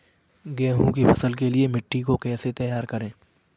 गेहूँ की फसल के लिए मिट्टी को कैसे तैयार करें?